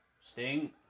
Sting